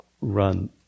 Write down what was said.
run